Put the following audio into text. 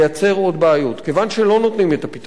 כיוון שלא נותנים את הפתרון האמיתי,